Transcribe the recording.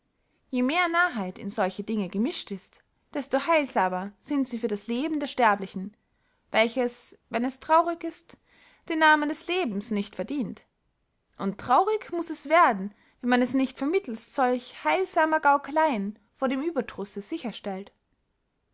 je mehr narrheit in solche dinge gemischt ist desto heilsamer sind sie für das leben der sterblichen welches wenn es traurig ist den namen des lebens nicht verdient und traurig muß es werden wenn man es nicht vermittelst solcher heilsamen gaukeleyen vor dem ueberdrusse